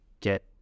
get